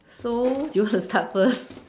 so do you want to start first